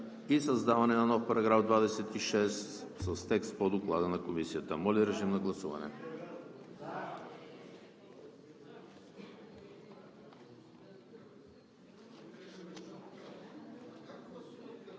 за създаване на нов § 26 с текст по Доклада на Комисията. Моля, режим на гласуване.